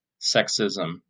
sexism